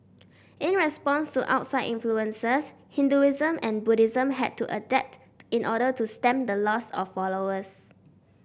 in response to outside influences Hinduism and Buddhism had to adapt in order to stem the loss of followers